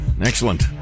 Excellent